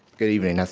good evening, ah